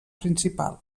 principal